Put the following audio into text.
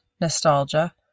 nostalgia